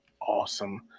Awesome